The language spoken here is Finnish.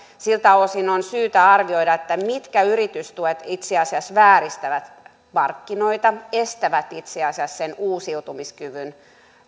siltä osin on syytä arvioida mitkä yritystuet itse asiassa vääristävät markkinoita estävät itse asiassa sen uusiutumiskyvyn